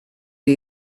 did